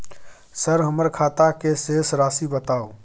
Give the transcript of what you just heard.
Sir हमर खाता के शेस राशि बताउ?